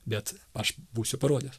bet aš būsiu parodęs